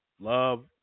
love